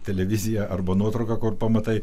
televizija arba nuotrauka kur pamatai